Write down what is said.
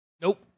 nope